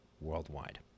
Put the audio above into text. worldwide